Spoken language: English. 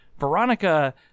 Veronica